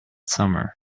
summer